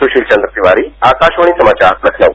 सुशील चंद्र तिवारी आकाशवाणी समाचार लखनऊ